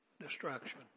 destruction